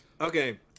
Okay